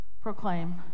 proclaim